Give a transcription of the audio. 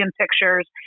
pictures